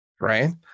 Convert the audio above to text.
right